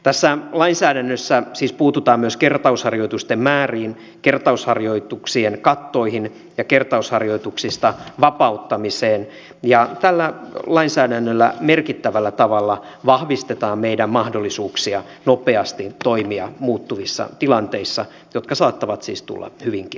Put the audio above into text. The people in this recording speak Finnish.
tässä lainsäädännössä siis puututaan myös kertausharjoitusten määriin kertausharjoituksien kattoihin ja kertausharjoituksista vapauttamiseen ja tällä lainsäädännöllä merkittävällä tavalla vahvistetaan meidän mahdollisuuksiamme nopeasti toimia muuttuvissa tilanteissa jotka saattavat siis tulla hyvinkin yllättäen